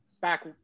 back